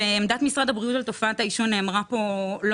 עמדת משרד הבריאות על תופעת העישון נאמרה כאן לא